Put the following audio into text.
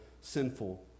sinful